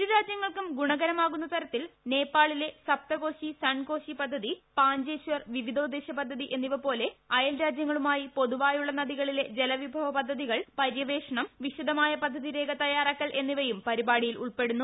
ഇരു രാജ്യങ്ങൾക്കും ഗുണകരമികുന്ന് തരത്തിൽ നേപ്പാളിലെ സപ്തകോസി സൺകോസി പ്പിദ്ധതി പാഞ്ചേശ്വർ വിവിധോദ്ദേശ പദ്ധതി എന്നിവപോലെ അയൽ രാജ്യങ്ങളുമായി പൊതുവായുള്ള നദികളിലെ ജലവിഭവ പദ്ധതികൾ പര്യവേഷണം വിശദമായ പദ്ധതിരേഖ തയ്യാറാക്കൽ എന്നിവയും പരിപാടിയിൽ ഉൾപ്പെടുന്നു